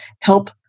help